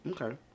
Okay